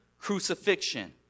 crucifixion